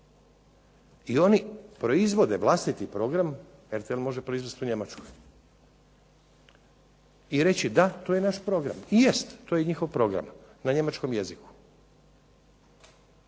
i oni proizvode vlastiti program, RTL može proizvesti u Njemačkoj, i reći da to je naš program. I jest. To je njihov program, na njemačkom jeziku.